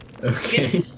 Okay